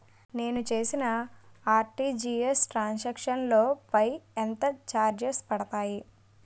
నేను చేసిన RTGS transaction లో పై ఎంత చార్జెస్ పడతాయి?